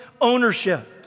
ownership